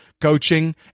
coaching